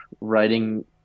writing